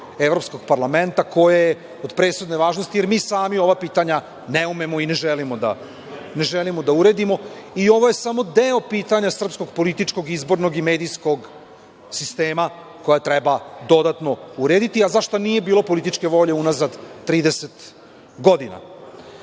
Evropsko parlamenta, koje je od presudne važnosti, jer mi sami ova pitanja ne umemo i ne želimo da uredimo. Ovo je samo deo pitanja srpskog političkog izbornog i medijskog sistema koji treba dodatno urediti, a zašta nije bolo političke volje unazad 30 godina. Na